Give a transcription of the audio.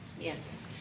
Yes